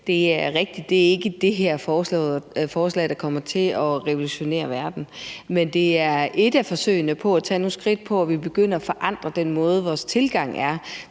at det ikke er det her forslag, der kommer til at revolutionere verden, men det er et af forsøgene på at tage nogle skridt på at begynde at forandre den tilgang,